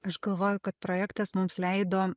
aš galvoju kad projektas mums leido